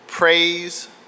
Praise